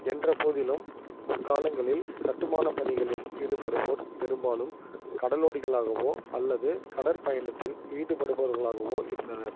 என்றபோதிலும் முற்காலங்களில் கட்டுமானப் பணிகளில் ஈடுபடுவோர் பெரும்பாலும் கடலோடிகளகவோ அல்லது கடற்பயணத்தில் ஈடுபடுபவர்களாகவோ இருந்தனர்